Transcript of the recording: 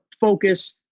focus